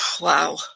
wow